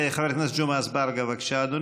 חבר הכנסת ג'מעה אזברגה, בבקשה, אדוני.